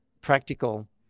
practical